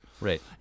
Right